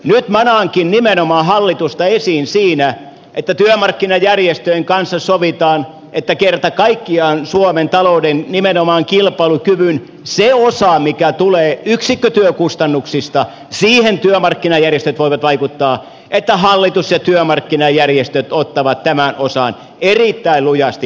nyt manaankin nimenomaan hallitusta esiin siinä että työmarkkinajärjestöjen kanssa sovitaan että kerta kaikkiaan nimenomaan suomen talouden kilpailukyvyn siihen osaan mikä tulee yksikkötyökustannuksista työmarkkinajärjestöt voivat vaikuttaa niin että hallitus ja työmarkkinajärjestöt ottavat tämän osan erittäin lujasti käsiinsä